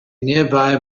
nearby